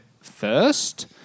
first